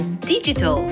Digital